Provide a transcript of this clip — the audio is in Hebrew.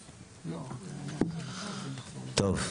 טוב.